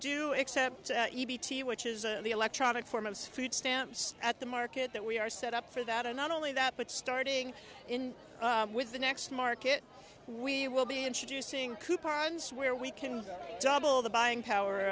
do except which is the electronic form of food stamps at the market that we are set up for that and not only that but starting in with the next market we will be introducing coupons where we can double the buying power